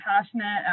passionate